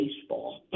baseball